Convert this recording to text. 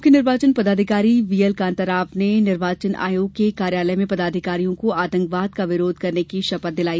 मुख्य निर्वाचन पदाधिकारी वीएल कांताराव ने निर्वाचन आयोग के कार्यालय में पदाधिकारियों को आतंकवाद विरोधी दिवस की शपथ दिलाई